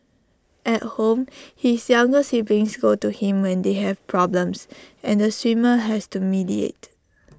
at home his younger siblings go to him when they have problems and the swimmer has to mediate